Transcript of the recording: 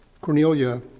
Cornelia